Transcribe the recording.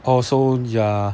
also ya